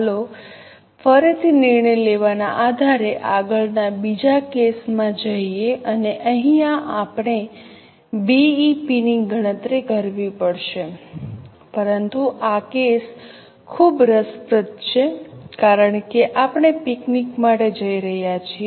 ચાલો ફરીથી નિર્ણય લેવાના આધારે આગળના બીજા કેસ મા જઈએ અને અહીંયા આપણે બીઈપીની ગણતરી કરવી પડશે પરંતુ આ કેસ ખૂબ રસપ્રદ છે કારણ કે આપણે પિકનિક માટે જઈ રહ્યા છીએ